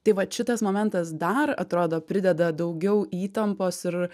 tai vat šitas momentas dar atrodo prideda daugiau įtampos ir